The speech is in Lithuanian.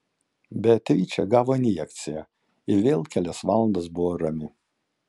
beatričė gavo injekciją ir vėl kelias valandas buvo rami